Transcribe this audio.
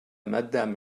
madame